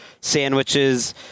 sandwiches